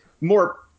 more